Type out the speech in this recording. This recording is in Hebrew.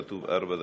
כתוב ארבע דקות.